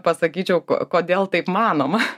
pasakyčiau kodėl taip manoma